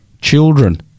Children